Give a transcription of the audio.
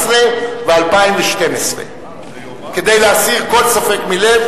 מעמדי מסוכן מעצמו,